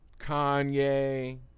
Kanye